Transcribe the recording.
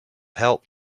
help